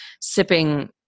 sipping